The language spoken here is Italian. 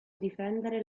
difendere